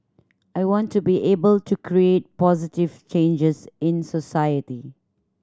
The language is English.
I want to be able to create positive changes in society